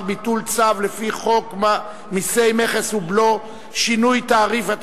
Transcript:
ביטול צו לפי חוק מסי מכס ובלו (שינוי תעריף),